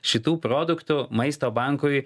šitų produktų maisto bankui